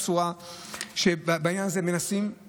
הבשורה בעניין הזה היא שמנסים,